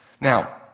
Now